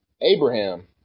Abraham